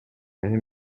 мени